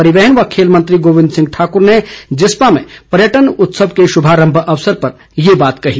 परिवहन व खेल मंत्री गोविंद सिंह ठाकुर ने जिस्पा में पर्यटन उत्सव के शुभारम्भ अवसर पर ये बात कही